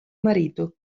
marito